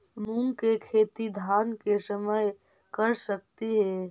मुंग के खेती धान के समय कर सकती हे?